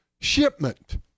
Shipment